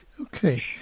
Okay